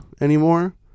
anymore